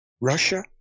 Russia